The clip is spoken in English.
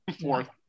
fourth